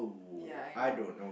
ya I know